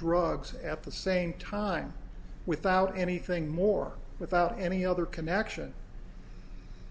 drugs at the same time without anything more without any other connection